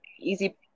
easy